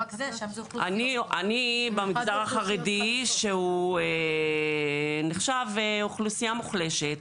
אני במגזר החרדי שהוא נחשב אוכלוסייה מוחלשת